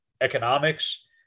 economics